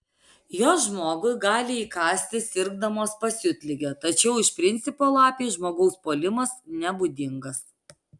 jos žmogui gali įkasti sirgdamos pasiutlige tačiau iš principo lapei žmogaus puolimas nebūdingas